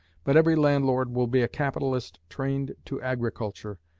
but every landlord will be a capitalist trained to agriculture,